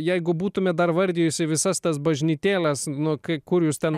jeigu būtumėme dar vardijusi visas tas bažnytėles nu kur jūs ten